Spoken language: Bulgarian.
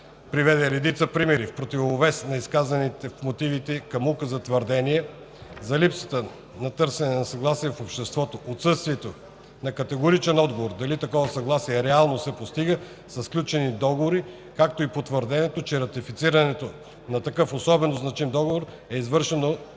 приведе редица примери в противовес на изказаните в мотивите към Указа твърдения за липсата на търсено съгласие в обществото, отсъствието на категоричен отговор дали такова съгласие реално се постига със сключените договори, както и по твърдението, че ратифицирането на такъв особено значим договор е извършено